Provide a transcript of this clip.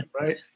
right